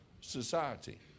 Society